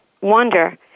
wonder